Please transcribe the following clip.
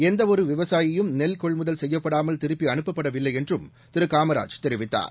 எந்தவொரு விவசாயியும் நெல் கொள்முதல் செய்யப்படாமல் திருப்பி அனுப்பப்படவில்லை என்றும் திரு காமராஜ் தெரிவித்தார்